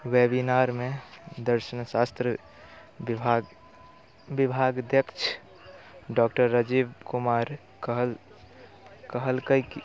वेबिनारमे दर्शन शास्त्र विभाग विभागाध्यक्ष डॉक्टर राजीव कुमार कहल कहलकै कि